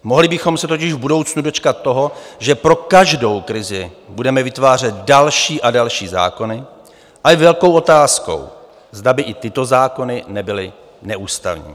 Mohli bychom se totiž v budoucnu dočkat toho, že pro každou krizi budeme vytvářet další a další zákony, a je velkou otázkou, zda by i tyto zákony nebyly neústavní.